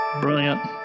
Brilliant